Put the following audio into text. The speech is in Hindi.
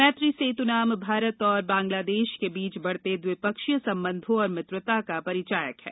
मैत्री सेत् नाम भारत और बंगलादेश के बीच बढ़ते द्विपक्षीय सम्बन्धों और मित्रता का परिचायक है